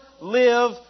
live